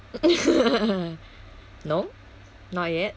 no not yet